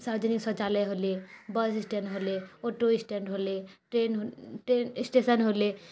सार्वजनिक शौचालय होलै बस स्टैण्ड होलै ऑटो स्टैण्ड होलै ट्रेन स्टेशन होलै